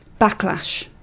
backlash